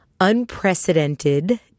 unprecedented